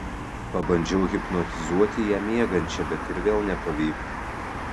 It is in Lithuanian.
pabandžiau hipnotizuoti ją miegančią bet ir vėl nepavyko